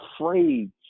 afraid